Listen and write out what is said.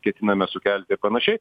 ketiname sukelti panašiai